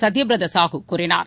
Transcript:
சத்தியபிரதாசாஹு கூறினார்